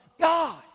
god